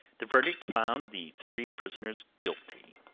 the verdict found the three prisoners guilty.